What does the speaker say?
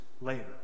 later